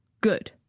Good